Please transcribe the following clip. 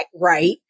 right